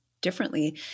differently